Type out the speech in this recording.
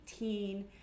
2018